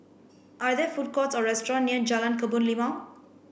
are there food courts or restaurant near Jalan Kebun Limau